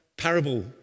parable